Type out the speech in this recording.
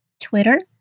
Twitter